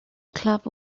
club